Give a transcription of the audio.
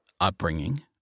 upbringing